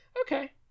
Okay